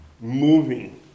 moving